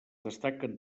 destaquen